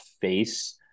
face